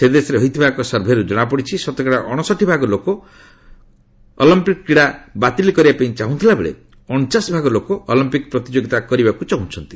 ସେ ଦେଶରେ ହୋଇଥିବା ଏକ ସର୍ଭେରୁ ଜଣାପଡ଼ିଛି ଶତକଡ଼ା ଅଣଷଠି ଭାଗ ଲୋକ କ୍ରୀଡ଼ା ବାତିଲ କରିବା ପାଇଁ ଚାହୁଁଥିଲାବେଳେ ଅଣଚାଶ ଭାଗ ଲୋକ ଅଲମ୍ପିକ୍ ପ୍ରତିଯୋଗିତା କରିବାକୁ ଚାହୁଁଛନ୍ତି